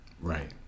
Right